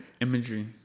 imagery